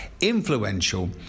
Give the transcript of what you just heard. influential